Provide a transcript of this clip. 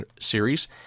series